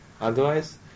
Otherwise